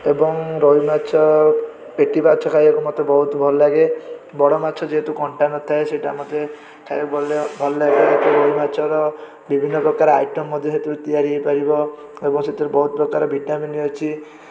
ଏବଂ ରୋହି ମାଛ ପେଟି ମାଛ ଖାଇବାକୁ ମୋତେ ବହୁତ ଭଲଲାଗେ ବଡ଼ ମାଛ ଯେହେତୁ କଣ୍ଟା ନଥାଏ ସେଇଟା ମୋତେ ଖାଇବାକୁ ଭଲଲାଗେ ରୋହି ମାଛର ବିଭିନ୍ନ ପ୍ରକାର ଆଇଟମ୍ ମଧ୍ୟ ସେଥିରୁ ତିଆରି ହେଇପାରିବ ଏବଂ ସେଥିରୁ ବହୁତ ପ୍ରକାର ଭିଟାମିନ୍ ଅଛି